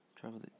travel